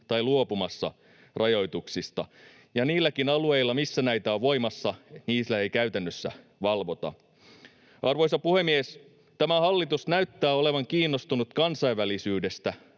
tai luopumassa rajoituksista, ja niilläkään alueilla, missä näitä on voimassa, niitä ei käytännössä valvota. Arvoisa puhemies! Tämä hallitus näyttää olevan kiinnostunut kansainvälisyydestä